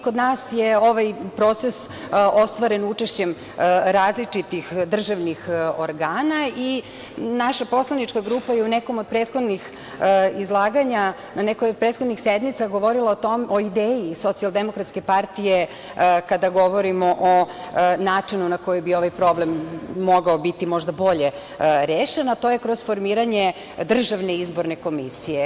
Kod nas je ovaj proces ostvaren učešćem različitih državnih organa i naša poslanička grupa je u nekom od prethodnih izlaganja, na nekoj od prethodnih sednica govorila o tome, o ideji socijaldemokratske partije kada govorimo o načinu na koji bi ovaj problem mogao možda biti bolje rešen, a to je kroz formiranje državne izborne komisije.